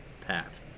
Pat